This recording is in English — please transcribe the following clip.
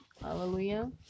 hallelujah